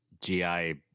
gi